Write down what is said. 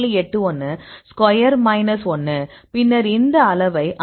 81 square minus 1 பின்னர் இந்த அளவை 58